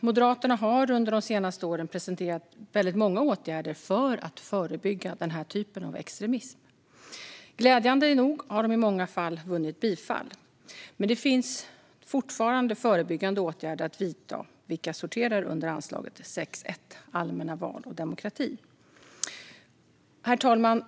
Moderaterna har under de senaste åren presenterat väldigt många åtgärder för att förebygga den här typen av extremism. Glädjande nog har de i många fall vunnit bifall, men det finns fortfarande förebyggande åtgärder att vidta vilka sorterar under anslaget 6:1 Allmänna val och demokrati . Herr talman!